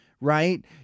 right